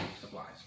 supplies